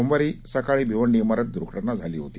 सोमवारी सकाळी भिवंडी इमारत दुर्घटना झाली होती